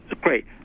great